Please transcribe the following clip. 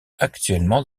actuellement